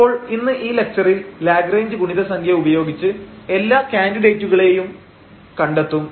അപ്പോൾ ഇന്ന് ഈ ലക്ചറിൽ ലാഗ്റേഞ്ച് ഗുണിത സംഖ്യ ഉപയോഗിച്ച് എല്ലാ കാന്ഡിഡേറ്റുകളെയും കണ്ടെത്തും